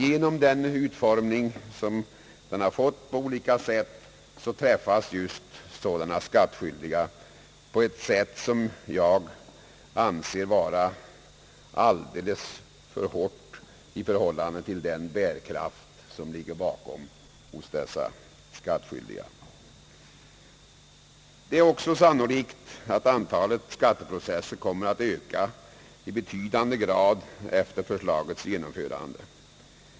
Genom den utformning som förslaget har fått träffas sådana skattskyldiga på ett sätt som jag anser vara alldeles för hårt i förhållande till deras bärkraft. Det är också sannolikt att antalet skatteprocesser kommer att öka i betydande grad efter förslagets genomförande.